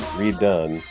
redone